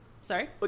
sorry